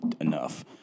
enough